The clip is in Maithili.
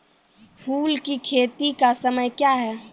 फुल की खेती का समय क्या हैं?